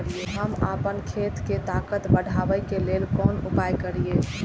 हम आपन खेत के ताकत बढ़ाय के लेल कोन उपाय करिए?